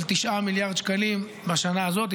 של 9 מיליארד שקלים בשנה הזאת.